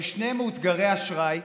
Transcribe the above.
הם שניהם מאותגרי אשראי.